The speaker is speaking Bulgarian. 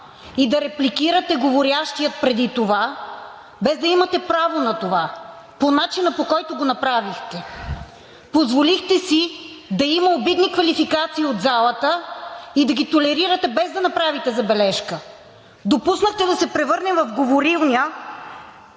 и да репликирате говорещия преди това, без да имате право на това по начина, по който го направихте. Позволихте си да има обидни квалификации от залата и да ги толерирате, без да направите забележка. Допуснахте да се превърне в говорилня